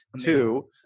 Two